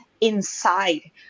inside